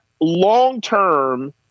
long-term